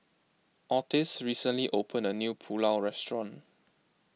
Otis recently opened a new Pulao Restaurant